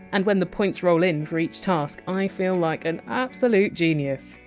and when the points roll in for each task, i feel like an absolute genius.